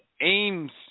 aims